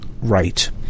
right